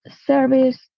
service